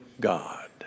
God